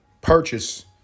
purchase